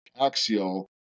axial